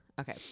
Okay